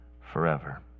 forever